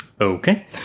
Okay